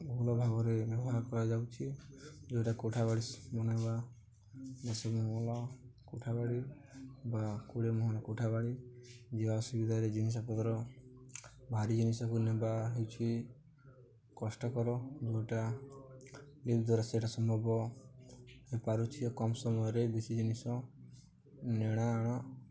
ବହୁଳ ଭାବରେ ବ୍ୟବହାର କରାଯାଉଛି ଯେଉଁଟା କୋଠାବାଡ଼ି ବନେଇବା ଦେଶ ମହଲ କୋଠାବାଡ଼ି ବା କୁଡ଼ିଏ ମହଲ କୋଠାବାଡ଼ି ଯିଏ ଅସୁବିଧାରେ ଜିନିଷପତ୍ର ଭାରି ଜିନିଷକୁ ନେବା ହେଉଛି କଷ୍ଟକର ଯେଉଁଟା ବି ଦ୍ୱାରା ସେଇଟା ସମ୍ଭବ ହୋଇପାରୁଛି କମ୍ ସମୟରେ ବେଶୀ ଜିନିଷ ନେଣା ଆଣ